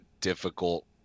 difficult